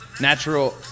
Natural